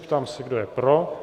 Ptám se, kdo je pro.